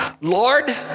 Lord